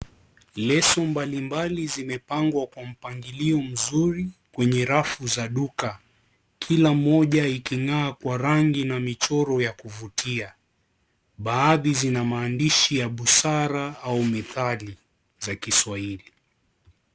Leso mbali mbali zimapangwa kwa mpangilio nzuri kwenye rafu za duka kila mmoja ikingaa kwa rangi na mchoro ya kuvutia baadhi zina maandishi ya busara au methali za kiswahili.